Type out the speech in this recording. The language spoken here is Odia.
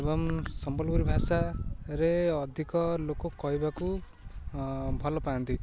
ଏବଂ ସମ୍ବଲପୁରୀ ଭାଷାରେ ଅଧିକ ଲୋକ କହିବାକୁ ଭଲ ପାଆନ୍ତି